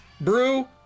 Brew